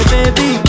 Baby